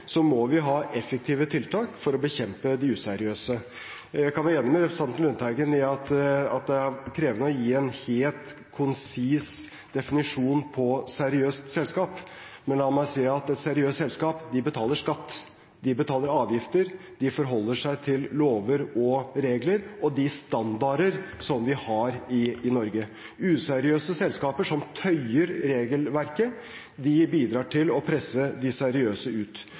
må vi ha effektive tiltak for å bekjempe de useriøse. Jeg kan være enig med representanten Lundteigen i at det er krevende å gi en helt konsis definisjon på seriøst selskap, men la meg si at seriøse selskaper betaler skatt, de betaler avgifter, de forholder seg til lover og regler og de standarder som vi har i Norge. Useriøse selskaper, som tøyer regelverket, bidrar til å presse de seriøse ut.